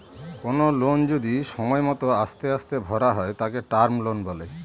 কোনো লোন যদি সময় মত আস্তে আস্তে ভরা হয় তাকে টার্ম লোন বলে